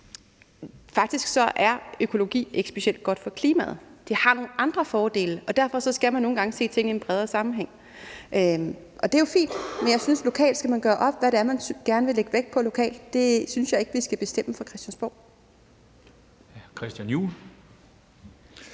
faktisk ikke er specielt godt for klimaet; det har nogle andre fordele. Og derfor skal man nogle gange se ting i en bredere sammenhæng. Og det er jo fint. Men jeg synes, at man lokalt skal gøre op, hvad det er, man gerne vil lægge vægt på – det synes jeg ikke vi skal bestemme på Christiansborg. Kl.